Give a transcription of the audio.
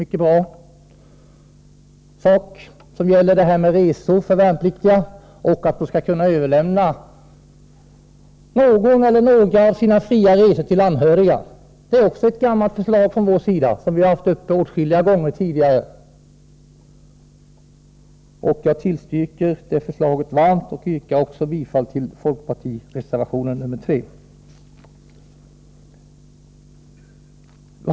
Det är en mycket bra sak, som gäller resor för värnpliktiga och att de skall kunna överlämna någon eller några av sina fria resor till anhöriga. Det är också ett gammalt förslag från vår sida, som vi har haft uppe åtskilliga gånger tidigare. Jag tillstyrker det förslaget varmt och yrkar också bifall till folkpartireservationen nr 3.